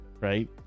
Right